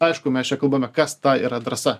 aišku mes čia kalbame kas ta yra drąsa